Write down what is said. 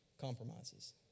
compromises